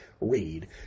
read